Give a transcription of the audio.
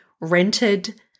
rented